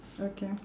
okay